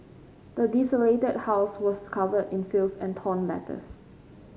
the desolated house was covered in filth and torn letters